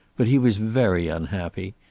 but he was very unhappy.